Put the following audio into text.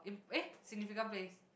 eh significant place